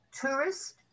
tourist